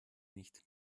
nicht